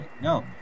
No